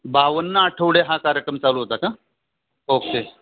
बावन्न आठवडे हा कार्यक्रम चालू होता का ओक्के